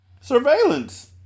Surveillance